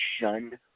shunned